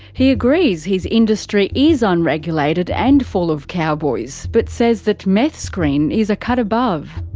he agrees his industry is ah unregulated and full of cowboys, but says that meth screen is a cut above.